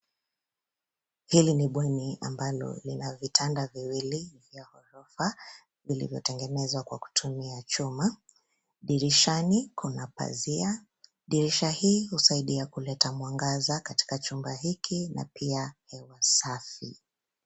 Hili ni bweni ambalo lina vitanda viwili vya ghorofa vilivyotengenezwa kwa kutumia chuma. Dirishani kuna pazia. Dirisha hii husaidia kuleta mwangaza katika chumba hiki na pia iwe safi.